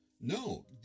No